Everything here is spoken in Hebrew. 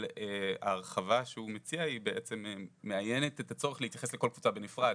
אבל ההרחבה שהוא מציע היא מאיינת את הצורך להתייחס לכל קבוצה בנפרד.